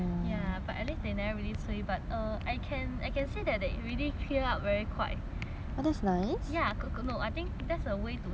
but err I can I can say that that they already clear up very 快 ya no no I think that's a way to show me 要你快